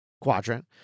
quadrant